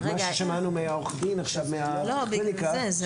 ששמענו עכשיו מנציג הקליניקה.